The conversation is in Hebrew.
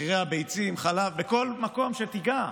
מחירי הביצים, חלב, בכל מקום שתיגע,